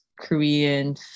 Korean